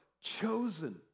chosen